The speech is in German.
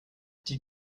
die